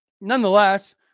nonetheless